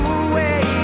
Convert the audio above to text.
away